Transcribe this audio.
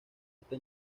esta